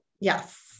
Yes